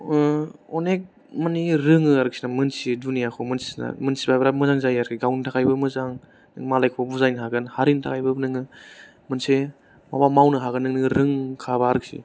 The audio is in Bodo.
अनेख मानि रोङो आरखिना मोनथियो दुनियाखौ मोनथिना मोनथिबा बिराथ मोजां जायो आरोखि गावनि थाखायबो मोजां मालायखौ बुजायनो हागोन हारिनि थाखायबो नोङो मोनसे माबा मावनो हागोन नोङो रोंखाबा आरखि